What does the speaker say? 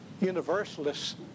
universalists